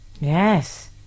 Yes